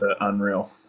unreal